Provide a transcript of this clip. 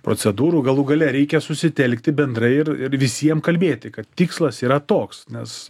procedūrų galų gale reikia susitelkti bendrai ir ir visiem kalbėti kad tikslas yra toks nes